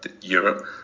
Europe